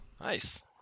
Nice